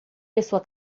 pessoa